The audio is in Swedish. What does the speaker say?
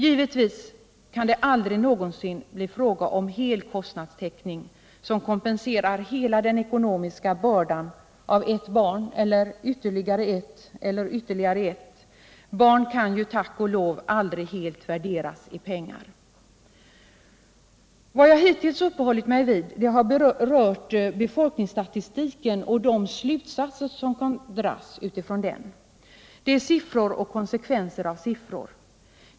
Givetvis kan det aldrig någonsin bli fråga om hel kostnadstäckning som kompenserar hela den ekonomiska bördan av ett barn eller ytterligare ett eller ytterligare ett. Barn kan ju tack och lov aldrig helt värderas i pengar. Vad jag hittills har uppehållit mig vid har berört befolkningsstatistiken och de slutsatser som kan dras av den. Det är siffror och konsekvenser av siffror.